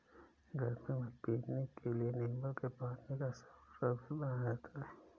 गर्मियों में पीने के लिए नींबू के पानी का शरबत बनाया जाता है